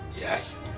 Yes